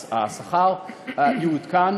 אז השכר יעודכן,